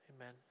Amen